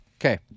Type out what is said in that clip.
Okay